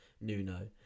Nuno